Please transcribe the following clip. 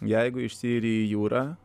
jeigu išsiiri į jūrą